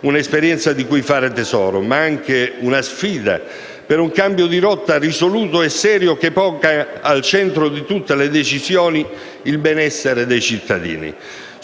un'esperienza di cui fare tesoro, ma anche una sfida per un cambio di rotta risoluto e serio che ponga al centro di tutte le decisione il benessere dei cittadini